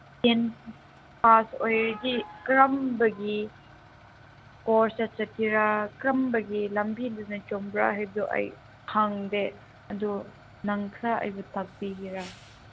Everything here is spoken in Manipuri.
ꯇꯦꯟ ꯄꯥꯁ ꯑꯣꯏꯔꯗꯤ ꯀꯔꯝꯕꯒꯤ ꯀꯣꯔꯁꯇ ꯆꯠꯁꯤꯔꯥ ꯀꯔꯝꯕꯒꯤ ꯂꯝꯕꯤꯗꯨꯗ ꯆꯪꯕ꯭ꯔꯥ ꯍꯥꯏꯗꯨ ꯑꯩ ꯈꯪꯗꯦ ꯑꯗꯨ ꯅꯪ ꯈ꯭ꯔ ꯑꯩꯕꯨ ꯇꯥꯛꯄꯤꯒꯦꯔꯥ